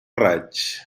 raig